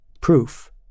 proof